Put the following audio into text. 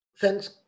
thanks